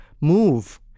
Move